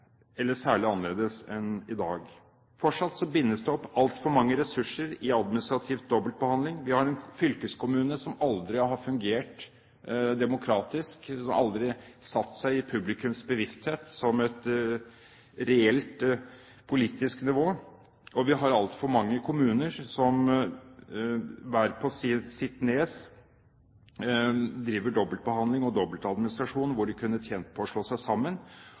eller særlig annerledes enn i dag. Fortsatt bindes det opp altfor mange ressurser i administrativ dobbeltbehandling. Vi har en fylkeskommune som aldri har fungert demokratisk, som aldri har satt seg i publikums bevissthet som et reelt politisk nivå, og vi har altfor mange kommuner som hver på sitt nes driver dobbeltbehandling og dobbeltadministrasjon der de kunne ha tjent på å slå seg sammen.